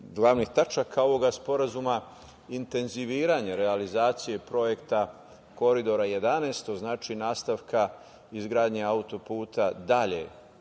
glavnih tačaka ovog sporazuma, intenziviranje realizacije projekta Koridora 11, to znači nastavka izgradnje autoputa dalje